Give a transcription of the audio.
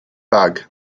bag